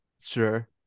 sure